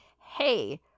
hey